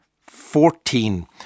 Fourteen